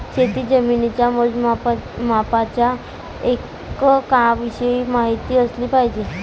शेतजमिनीच्या मोजमापाच्या एककांविषयी माहिती असली पाहिजे